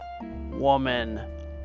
woman